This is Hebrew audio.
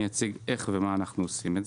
אני תכף אציג איך ומה אנחנו עושים.